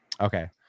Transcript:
Okay